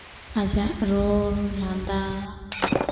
ᱟᱡᱟᱜ ᱨᱚᱲ ᱞᱟᱸᱫᱟ